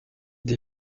des